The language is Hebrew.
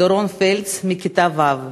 דורון פלץ מכיתה ו',